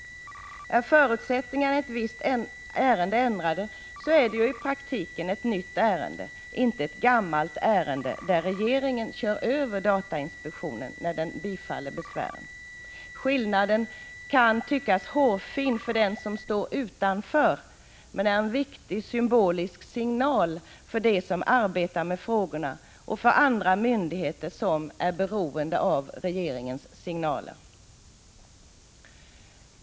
Är förutsättningarna i ett visst ärende ändrade, så är det ju i praktiken ett nytt ärende, inte ett gammalt ärende där regeringen kör över datainspektionen när den bifaller besvären. Skillnaden kan tyckas hårfin för den som står utanför, men den är en viktig symbolisk signal för dem som arbetar med frågorna och för andra myndigheter som är beroende av regeringens signaler.